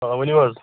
آ ؤنِو حظ